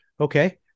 okay